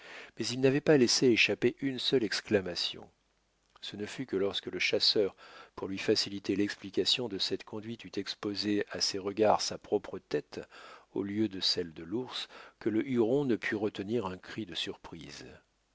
mais il n'avait pas laissé échapper une seule exclamation ce ne fut que lorsque le chasseur pour lui faciliter l'explication de cette conduite eut exposé à ses regards sa propre tête au lieu de celle de l'ours que le huron ne put retenir un cri de surprise